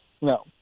no